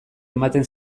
ematen